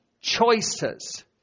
choices